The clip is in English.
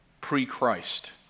pre-Christ